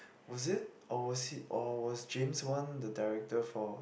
was it or was he or was James-Wan the director for